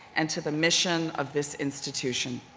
and to the mission of this institution.